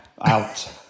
out